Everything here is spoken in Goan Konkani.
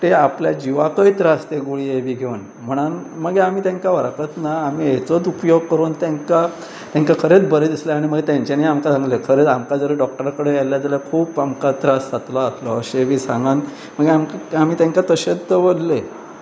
ते आपल्या जिवाकय त्रास ते गुळयो हे बी घेवन म्हुणून मागीर आमी तेंकां व्हरूंकच ना आमी हेचोच उपयोग करून तेंकां तेंकां खरेंच बरें दिसलें आनी मागीर तेंच्यांनी आमकां सांगलें खरें आमकां जर डॉक्टरा कडेन येले जाल्यार खूब आमकां त्रास जातलो जातलो अशें बी सांगान मागीर आम आमी तेंकां तशेंच दवरले